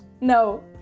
No